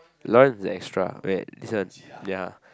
Lawrence is the extra wait this one ya